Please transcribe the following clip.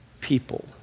people